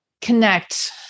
connect